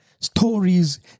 stories